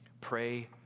Pray